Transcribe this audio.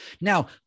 Now